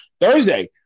Thursday